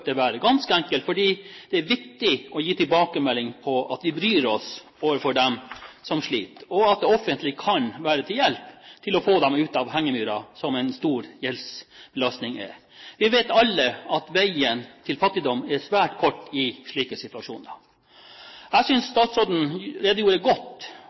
ganske enkelt fordi det er viktig å gi tilbakemelding på at vi bryr oss om dem som sliter, og at det offentlige kan være til hjelp for å få dem ut av hengemyra, som en stor gjeldsbelastning er. Vi vet alle at veien til fattigdom er svært kort i slike situasjoner. Jeg synes statsråden redegjorde godt